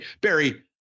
Barry